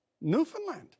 Newfoundland